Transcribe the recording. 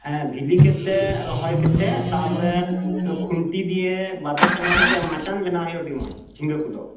ᱦᱮᱸ ᱵᱷᱤᱞᱤ ᱠᱟᱛᱮᱫ ᱨᱚᱦᱚᱭ ᱠᱟᱛᱮᱫ ᱛᱟᱨᱯᱚᱨᱮ ᱠᱷᱚᱱᱴᱤ ᱫᱤᱭᱮ ᱵᱟᱵᱮᱨ ᱴᱟᱜᱟᱣ ᱠᱟᱛᱮᱫ ᱢᱟᱪᱟᱱ ᱵᱮᱱᱟᱣ ᱦᱩᱭᱩᱜᱼᱟ ᱟᱹᱰᱤ ᱢᱚᱡᱽ ᱡᱷᱤᱜᱟᱹ ᱠᱚᱫᱚ